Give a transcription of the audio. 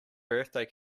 birthday